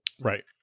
Right